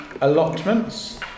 allotments